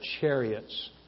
chariots